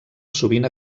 sovint